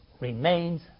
remains